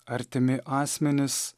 artimi asmenys